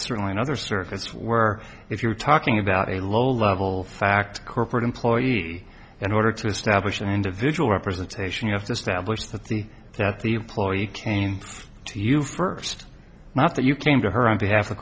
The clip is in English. certainly in other circuits where if you're talking about a lower level fact corporate employees in order to establish an individual representation you have to stablish the thing that the ploy came to you first not that you came to her on behalf of